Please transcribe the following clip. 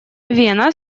вена